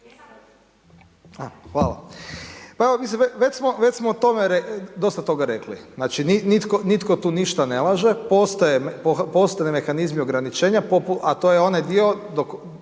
Hvala. Pa evo, već smo o tome dosta toga rekli. Znači nitko tu ništa ne laže, postaju mehanizmi ograničenja a to je onaj dio